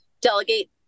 delegate